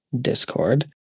Discord